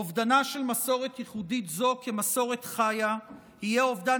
אובדנה של מסורת ייחודית זו כמסורת חיה יהיה אובדן